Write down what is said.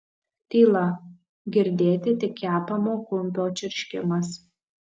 tyla girdėti tik kepamo kumpio čirškimas